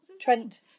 trent